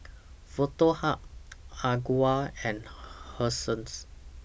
Foto Hub Ogawa and Hersheys